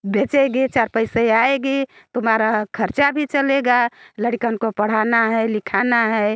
बेचेंगे चार पैसे आएंगे तुमारा ख़र्च भी चलेगा लड़िकन को पढ़ाना है लिखाना है